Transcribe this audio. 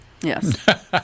Yes